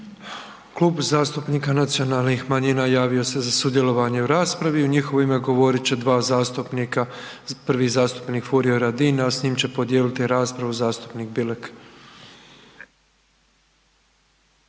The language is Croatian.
Klub zastupnika nacionalnih manjina javio se za sudjelovanje u raspravi, u njihovo ime govorit će dva zastupnika, prvi zastupnik Furio Radin a s njim će podijeliti raspravu zastupnik Bilek.